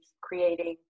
creating